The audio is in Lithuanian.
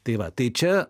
tai va tai čia